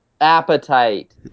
Appetite